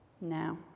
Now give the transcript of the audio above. Now